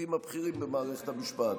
בתפקידים הבכירים במערכת המשפט.